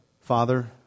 Father